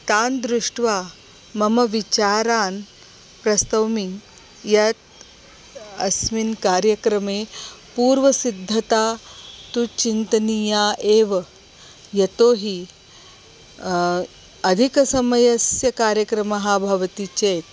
तान् दृष्ट्वा मम विचारान् प्रस्तौमि यत् अस्मिन् कार्यक्रमे पूर्वसिद्धता तु चिन्तनीया एव यतो हि अधिकसमयस्य कार्यक्रमः भवति चेत्